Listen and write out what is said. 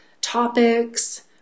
topics